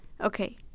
Okay